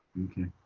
okay.